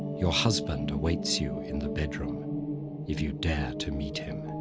your husband awaits you in the bedroom, if you dare to meet him.